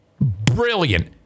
Brilliant